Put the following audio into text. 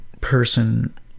person